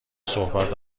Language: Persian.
صحبت